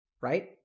right